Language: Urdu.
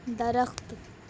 درخت